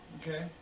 Okay